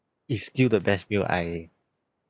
is still the best meal I